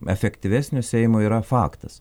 efektyvesnio seimo yra faktas